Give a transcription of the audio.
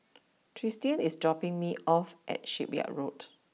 Tristian is dropping me off at Shipyard Road